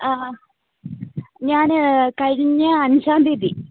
ആ ഞാൻ കഴിഞ്ഞ അഞ്ചാം തീയ്യതി